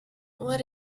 what